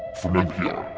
from npr